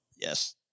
yes